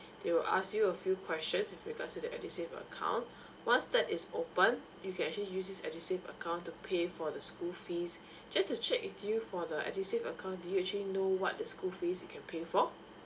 they will ask you a few questions with regards to that edusave account once that is opened you can actually use this edusave account to pay for the school fees just to check with you for the edusave account do you actually know what the school fees you can pay for